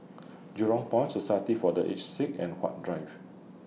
Jurong Point Society For The Aged Sick and Huat Drive